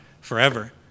forever